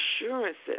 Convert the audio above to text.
assurances